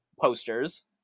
posters